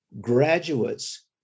graduates